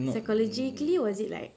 psychologically was it like